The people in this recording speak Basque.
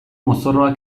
mozorroa